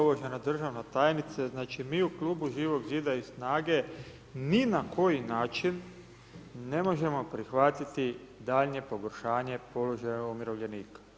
Uvažena državna tajnice, znači mi u klubu Živog zida i SNAG-e ni na koji način ne možemo prihvatiti daljnje pogoršanje položaja umirovljenika.